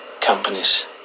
companies